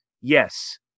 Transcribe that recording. Yes